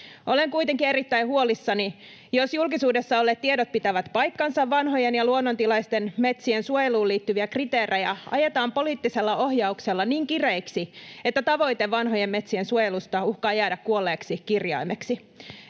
Olen kuitenkin erittäin huolissani, jos julkisuudessa olleet tiedot pitävät paikkansa ja vanhojen ja luonnontilaisten metsien suojeluun liittyviä kriteerejä ajetaan poliittisella ohjauksella niin kireiksi, että tavoite vanhojen metsien suojelusta uhkaa jäädä kuolleeksi kirjaimeksi.